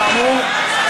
כאמור,